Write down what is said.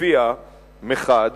שלפיה מחד